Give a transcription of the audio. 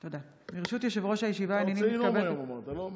אתה רוצה לנאום היום אמרת, לא?